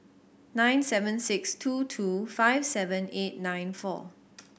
nine seven six two two five seven eight nine four